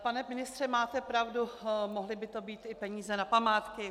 Pane ministře, máte pravdu, mohly by to být i peníze na památky.